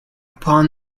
upon